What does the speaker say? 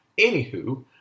Anywho